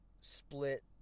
split